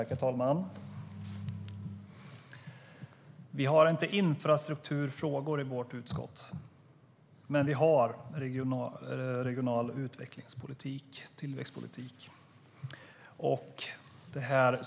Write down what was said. Herr talman! Vi har inte hand om infrastrukturfrågor i vårt utskott, men vi har hand om regional utvecklingspolitik och tillväxtpolitik.